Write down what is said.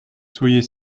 soyez